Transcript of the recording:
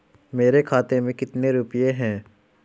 मेरे खाते में कितने रुपये हैं?